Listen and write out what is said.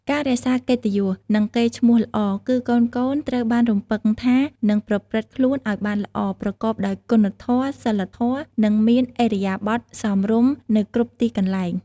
ការរក្សាកិត្តិយស និងកេរ្តិ៍ឈ្មោះល្អ គឺកូនៗត្រូវបានរំពឹងថានឹង ប្រព្រឹត្តខ្លួនឲ្យបានល្អ ប្រកបដោយគុណធម៌ សីលធម៌ និងមានឥរិយាបថសមរម្យ នៅគ្រប់ទីកន្លែង។